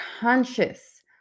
conscious